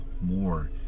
more